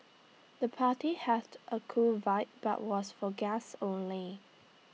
the party had A cool vibe but was for guests only